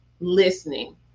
listening